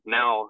now